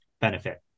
benefit